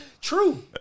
True